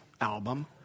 album